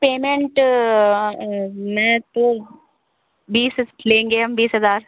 payment में तो बीस लेंगे हम बीस हज़ार